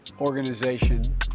organization